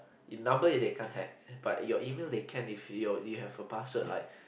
number then they can't hack but your email they can if you you have a password like